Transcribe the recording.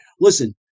Listen